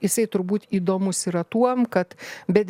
jisai turbūt įdomus yra tuom kad bet